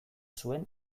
zuen